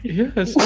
yes